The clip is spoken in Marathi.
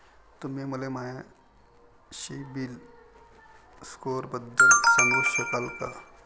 तुम्ही मले माया सीबील स्कोअरबद्दल सांगू शकाल का?